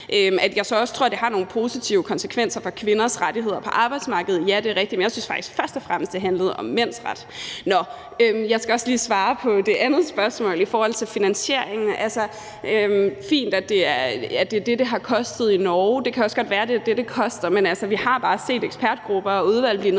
også tror, det har nogle positive konsekvenser for kvinders rettigheder på arbejdsmarkedet, er rigtigt, men jeg synes faktisk først og fremmest, det handlede om mænds ret. Jeg skal også lige svare på det andet spørgsmål i forhold til finansieringen. Altså, det er fint, at det er det, det har kostet i Norge. Det kan også godt være, det er det, det koster, men altså, vi har bare set ekspertgrupper og udvalg blive